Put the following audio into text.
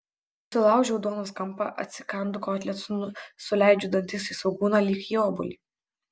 nusilaužiu duonos kampą atsikandu kotleto suleidžiu dantis į svogūną lyg į obuolį